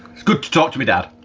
it's good to talk to my dad.